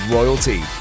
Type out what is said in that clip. Royalty